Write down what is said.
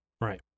Right